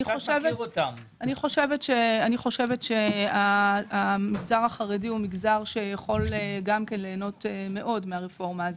אני חושבת שהמגזר החרדי הוא מגזר שיכול גם ליהנות מאוד מהרפורמה הזאת.